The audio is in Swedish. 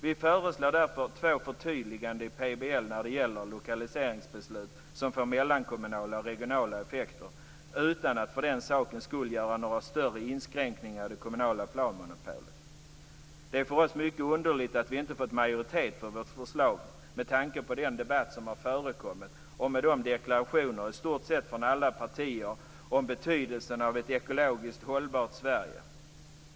Vi föreslår därför två förtydliganden i PBL när det gäller lokaliseringsbeslut som får mellankommunala och regionala effekter, utan att för den skull göra några större inskränkningar i det kommunala planmonopolet. Det är för oss mycket underligt att vi inte fått majoritet för vårt förslag, med tanke på den debatt som har förekommit och deklarationerna från i stort sett alla partier om betydelsen av ett ekologiskt hållbart Sverige.